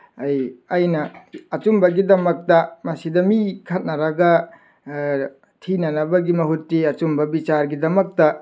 ꯑꯩ ꯑꯩꯅ ꯑꯆꯨꯝꯕꯒꯤꯗꯃꯛꯇ ꯃꯁꯤꯗ ꯃꯤ ꯈꯠꯅꯔꯒ ꯊꯤꯅꯅꯕꯒꯤ ꯃꯍꯨꯠꯇꯤ ꯑꯆꯨꯝꯕ ꯕꯤꯆꯥꯔꯒꯤꯗꯃꯛꯇ